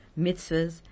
mitzvahs